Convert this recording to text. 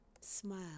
Smile